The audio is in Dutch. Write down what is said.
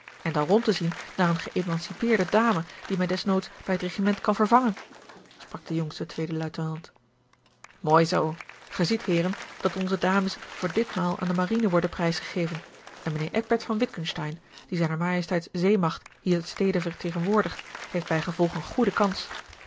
en dan rond te zien naar eene geëmancipeerde dame die mij desnoods bij het regiment kan vervangen sprak de jongste tweede luitenant mooi zoo gij ziet heeren dat onze dames voor ditmaal aan de marine worden prijsgegeven en mijnheer eckbert van witgensteyn die zr ms zeemacht hier te stede vertegen woordigt heeft bijgevolg eene goede kans